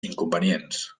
inconvenients